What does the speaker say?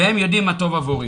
והם יודעים מה טוב עבורי.